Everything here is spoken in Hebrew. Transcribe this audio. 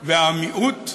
והמיעוט,